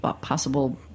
possible